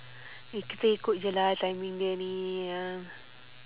eh kita ikut aja lah timing dia ini sayang